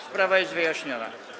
Sprawa jest wyjaśniona.